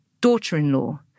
daughter-in-law